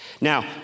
Now